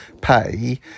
pay